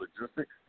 logistics